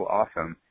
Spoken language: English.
awesome